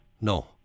No